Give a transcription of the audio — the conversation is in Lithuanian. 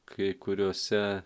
kai kuriose